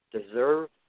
deserve